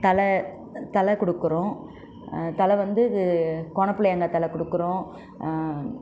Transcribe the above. தழை தழை கொடுக்கறோம் தழை வந்து இது கோண புளியங்காய் தழை கொடுக்கறோம்